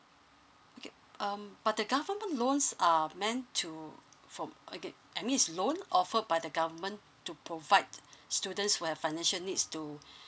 okay um but the government loans are meant to form okay I means loan offered by the government to provide students who have financial needs